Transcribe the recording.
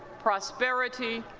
prosperity,